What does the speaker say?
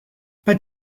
but